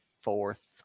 fourth